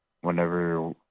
whenever